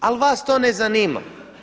Ali vas to ne zanima.